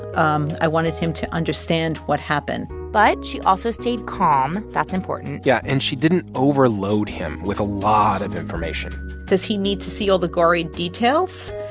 um i wanted him to understand what happened but she also stayed calm. that's important yeah. and she didn't overload him with a lot of information does he need to see all the gory details?